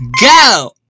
go